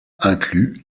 incluent